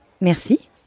Merci